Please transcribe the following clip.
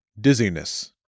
Dizziness